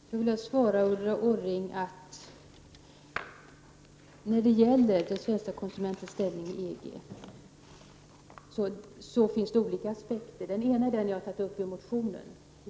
Herr talman! Jag vill svara Ulla Orring att det finns olika aspekter på den svenska konsumentens ställning i EG. Den ena är den jag har tagit upp i motionen.